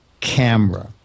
camera